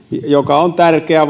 joka on tärkeä